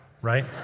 right